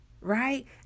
right